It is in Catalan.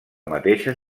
mateixa